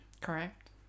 Correct